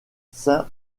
saint